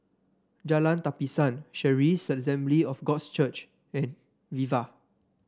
Jalan Tapisan Charis Assembly of Gods Church and Viva